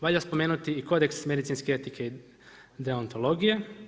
Valja spomenuti i kodeks medicinske etike i deontologije.